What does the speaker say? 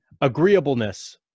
agreeableness